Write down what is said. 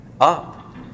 up